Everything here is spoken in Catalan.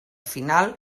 final